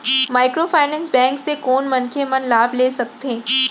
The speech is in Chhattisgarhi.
माइक्रोफाइनेंस बैंक से कोन मनखे मन लाभ ले सकथे?